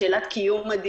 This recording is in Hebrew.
שאלת הבהרה